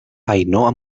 ainhoa